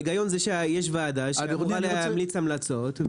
ההיגיון זה שיש ועדה שאמורה להמליץ המלצות.